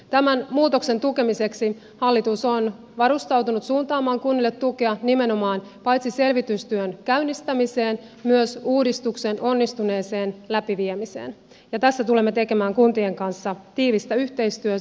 tämän muutoksen tukemiseksi hallitus on varustautunut suuntaamaan kunnille tukea nimenomaan paitsi selvitystyön käynnistämiseen myös uudistuksen onnistuneeseen läpiviemiseen ja tässä tulemme tekemään kuntien kanssa tiivistä yhteistyötä